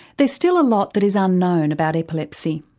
there's still a lot that is unknown about epilepsy.